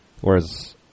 Whereas